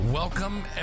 Welcome